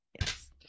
Yes